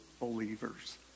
believers